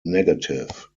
negative